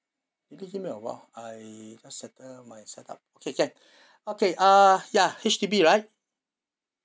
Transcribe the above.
you give me a while I just set up my setup okay can okay uh ya H_D_B right